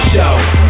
Show